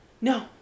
No